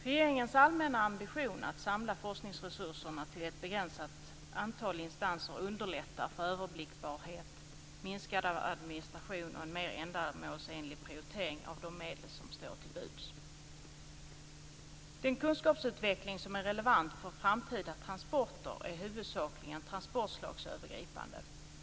Regeringens allmänna ambition att samla forskningsresurserna till ett begränsat antal instanser underlättar för överblickbarhet, minskad administration och en mer ändamålsenlig prioritering av de medel som står till buds. Den kunskapsutveckling som är relevant för framtida transporter är huvudsakligen transportslagsövergripande.